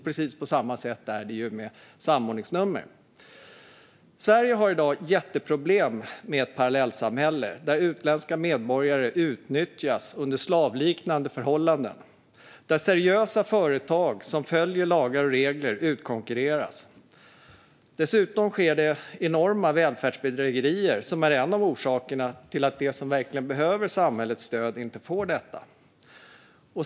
På samma sätt är det med samordningsnummer. Sverige har i dag stora problem med ett parallellsamhälle. Utländska medborgare utnyttjas under slavliknande förhållanden, seriösa företag som följer lagar och regler konkurreras ut och dessutom sker enorma välfärdsbedrägerier, som är en av orsakerna till att de som verkligen behöver samhällets stöd inte får det.